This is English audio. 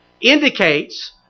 indicates